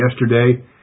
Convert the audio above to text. yesterday